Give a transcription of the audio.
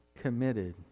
committed